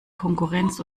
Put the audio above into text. konkurrenz